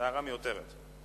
הערה מיותרת.